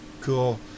Cool